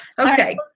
Okay